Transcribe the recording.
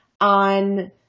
on